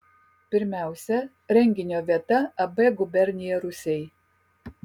pirmiausia renginio vieta ab gubernija rūsiai